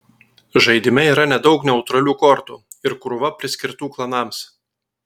žaidime yra nedaug neutralių kortų ir krūva priskirtų klanams